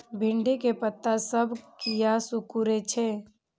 भिंडी के पत्ता सब किया सुकूरे छे?